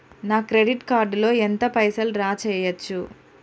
నా credit card లో ఎంత పైసల్ డ్రా చేయచ్చు?